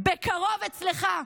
בקרוב אצלך.